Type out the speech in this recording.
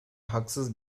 haksız